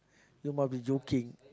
you must be joking